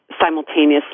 simultaneously